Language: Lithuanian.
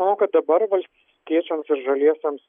manau kad dabar valstiečiams ir žaliesiems